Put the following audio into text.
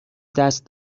دست